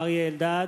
אריה אלדד,